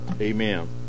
Amen